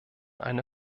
eine